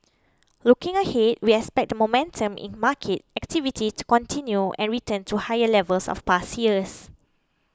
looking ahead we expect the momentum in market activity to continue and return to higher levels of past years